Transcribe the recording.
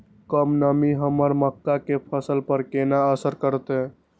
कम नमी हमर मक्का के फसल पर केना असर करतय?